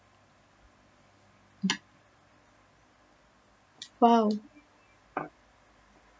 !wow!